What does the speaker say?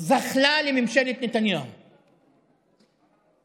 זחלה לממשלת נתניהו, עשתה